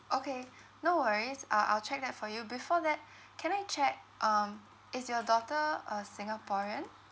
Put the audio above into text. okay no worries uh I'll check that for you before that can I check um is your daughter a singaporean